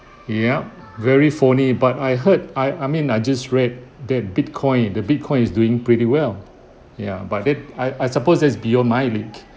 yup very phony but I heard I I mean I just read that bitcoin the bitcoin is doing pretty well ya but that I I suppose that's beyond my league